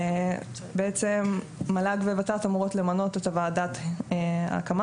ובעצם מל"ג וות"ת אמורות למנות את ועדת ההקמה